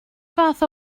fath